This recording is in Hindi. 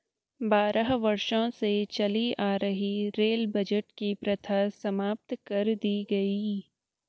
बारह वर्षों से चली आ रही रेल बजट की प्रथा समाप्त कर दी गयी